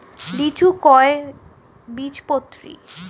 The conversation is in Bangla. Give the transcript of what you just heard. লিচু কয় বীজপত্রী?